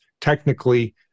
technically